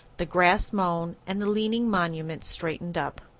the grass mown and the leaning monuments straightened up.